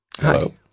Hello